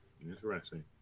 Interesting